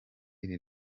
iri